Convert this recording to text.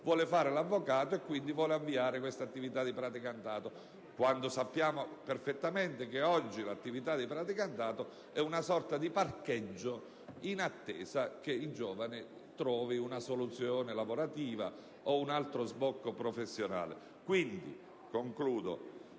vuole fare l'avvocato e quindi vuole avviare questa attività di praticantato, quando sappiamo perfettamente che oggi l'attività di praticantato è una sorta di parcheggio in attesa che il giovane trovi una soluzione lavorativa o un altro sbocco professionale.